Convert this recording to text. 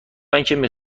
اینکه